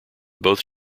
both